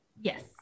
Yes